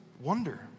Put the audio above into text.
wonder